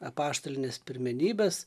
apaštalinės pirmenybės